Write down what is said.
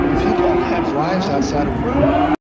people have lives outside of work.